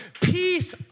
peace